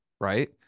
right